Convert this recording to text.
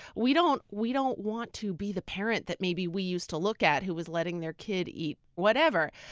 we don't we don't want to be the parent that maybe we used to look at, who was letting their kid eat whatever.